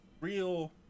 real